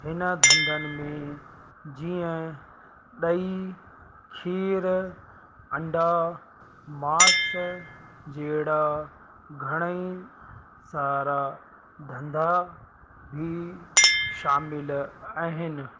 हिन धंधनि में जीअं ॾही खीरु अंडा मास जहिड़ा घणेई सारा धंधा बि शामिलु आहिनि